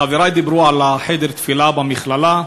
חברי דיברו על חדר התפילה במכללה.